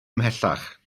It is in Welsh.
ymhellach